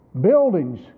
buildings